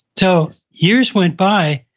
so years went by,